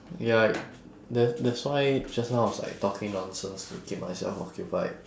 ya that that's why just now I was like talking nonsense to keep myself occupied